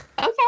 okay